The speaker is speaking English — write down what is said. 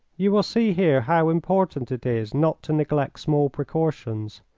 you will see here how important it is not to neglect small precautions,